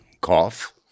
cough